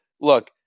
look